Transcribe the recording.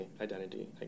identity